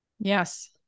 Yes